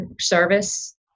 service